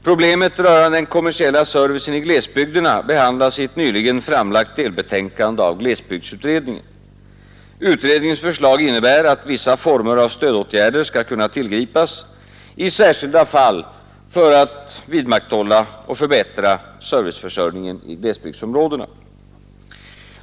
Problemet rörande den kommersiella servicen i glesbygderna behandlas i ett nyligen framlagt delbetänkande av glesbygdsutredningen. Utredningens förslag innebär att vissa former av stödåtgärder skall kunna tillgripas i särskilda fall för att vidmakthålla och förbättra serviceförsörjningen i glesbygdsområdena.